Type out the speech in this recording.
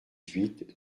huit